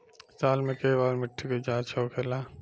साल मे केए बार मिट्टी के जाँच होखेला?